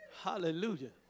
Hallelujah